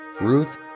Ruth